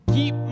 Keep